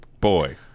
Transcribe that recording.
boy